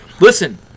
Listen